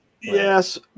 yes